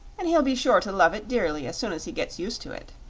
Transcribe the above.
and he'll be sure to love it dearly as soon as he gets used to it.